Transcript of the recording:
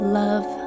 love